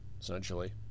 essentially